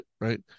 right